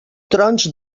trons